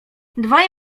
dwaj